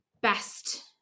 best